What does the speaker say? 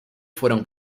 fueron